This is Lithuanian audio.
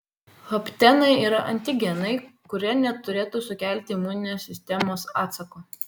haptenai yra antigenai kurie neturėtų sukelti imuninės sistemos atsako